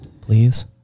please